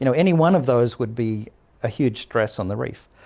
you know any one of those would be a huge stress on the reef.